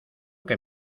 que